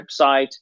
website